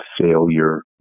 failure